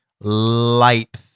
light